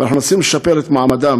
ואנחנו מנסים לשפר את מעמדם.